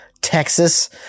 Texas